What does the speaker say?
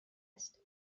است